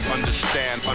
Understand